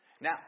Now